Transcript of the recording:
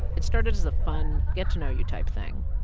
it started as a fun, get-to-know-you type thing.